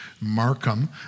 Markham